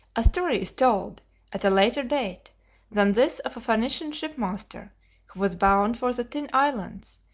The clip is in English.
a story is told at a later date than this of a phoenician shipmaster who was bound for the tin islands,